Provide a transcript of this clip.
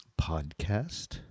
podcast